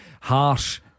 harsh